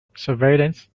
surveillance